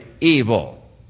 evil